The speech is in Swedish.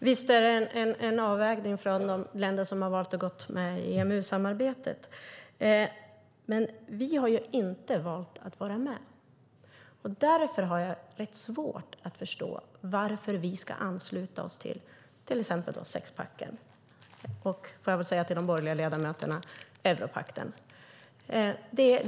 Herr talman! Visst är det en avvägning från de länder som har valt att gå med i EMU-samarbetet. Men vi har ju valt att inte vara med. Därför har jag rätt svårt att förstå varför vi ska ansluta oss till exempelvis sexpacken och - detta säger jag till de borgerliga ledamöterna - europakten.